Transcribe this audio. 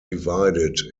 divided